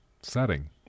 setting